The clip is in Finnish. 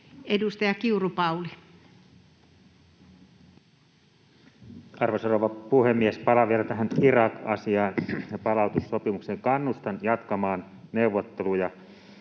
11:35 Content: Arvoisa rouva puhemies! Palaan vielä tähän Irak-asiaan ja palautussopimukseen. Kannustan jatkamaan neuvotteluja.